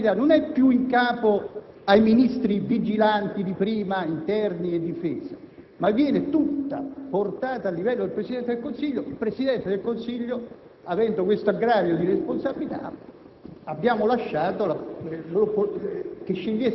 siccome per la prima volta la responsabilità non è più in capo ai Ministri vigilanti del passato (interno e difesa), ma viene tutta portata a livello del Presidente del Consiglio, a quest'ultimo, avendo tale aggravio di responsabilità,